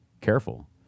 careful